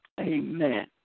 Amen